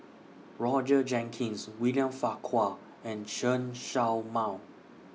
Roger Jenkins William Farquhar and Chen Show Mao